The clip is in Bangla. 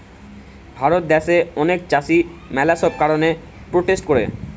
ভারত দ্যাশে অনেক চাষী ম্যালা সব কারণে প্রোটেস্ট করে